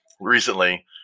recently